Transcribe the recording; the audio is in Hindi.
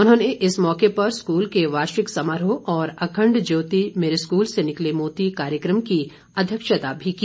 उन्होंने इस मौके पर स्कूल के वार्षिक समारोह और अखंड ज्योति मेरे स्कूल से निकले मोती कार्यक्रम की अध्यक्षता भी की